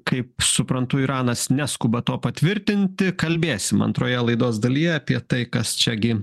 kaip suprantu iranas neskuba to patvirtinti kalbėsim antroje laidos dalyje apie tai kas čia gi